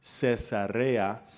Caesarea